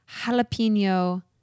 jalapeno